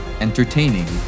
Entertaining